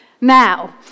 now